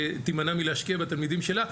תימנע מלהשקיע בתלמידים שלה.